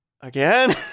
again